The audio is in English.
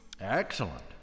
Excellent